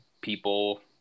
People